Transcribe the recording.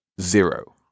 zero